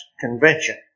Convention